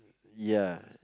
ya